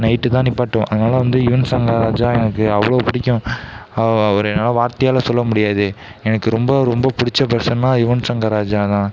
night தான் நிப்பாட்டுவேன் அதனால வந்து யுவன் சங்கர் ராஜா எனக்கு அவ்வளோ பிடிக்கும் அவ் அவரை என்னால் வார்த்தையால் சொல்ல முடியாது எனக்கு ரொம்ப ரொம்ப பிடிச்ச பர்ஸன்னா யுவன் சங்கர் ராஜா தான்